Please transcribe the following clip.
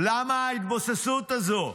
למה ההתבוססות הזו?